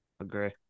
Agree